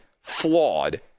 flawed